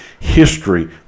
history